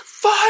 Fire